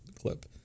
clip